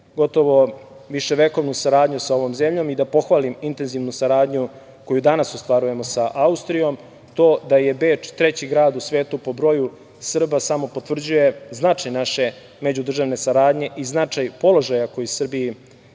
gotovo viševekovnu saradnju sa ovom zemljom i da pohvalim intenzivnu saradnju koju danas ostvarujemo sa Austrijom. To da je Beč treći grad u svetu po broju Srba samo potvrđuje značaj naše međudržavne saradnje i značaj položaja koji Srbi